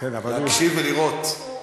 להקשיב ולראות.